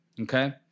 Okay